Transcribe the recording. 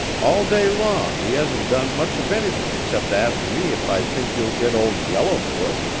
all day long he hasn't done much of anything except ask me if i think you'll get old yellowfoot.